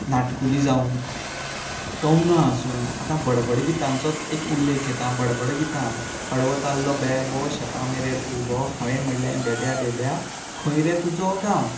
नाटकुलीं जावं कवनां आसूं आतां बडबडगितांचोच एक उल्लेख घेता बडबडगितां हडवोताल्ल बेबो शेता मेरेर उबो हावें म्हणलें बेब्या बेब्या खंय रे तुजो गांव